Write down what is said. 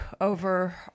over